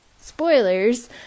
spoilers